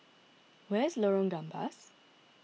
where is Lorong Gambas